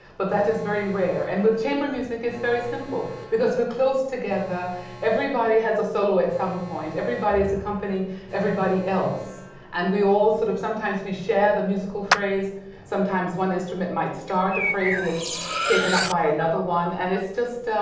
but that is very rare and with chamber music it's very simple because we're close together everybody has a solo at some point everybody is accompanying everybody else and we all sort of sometimes we share he musical phrase sometimes one instrument might start a phrase and it's taken up by another one and it's just um,